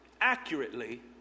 accurately